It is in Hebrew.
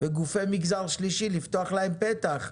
וגופי מגזר שלישי, לפתוח להם פתח.